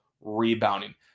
rebounding